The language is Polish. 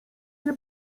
nie